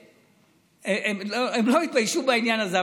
הם לא יתביישו בעניין הזה,